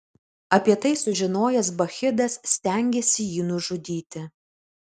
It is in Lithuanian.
apie tai sužinojęs bakchidas stengėsi jį nužudyti